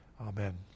Amen